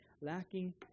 lacking